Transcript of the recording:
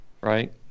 right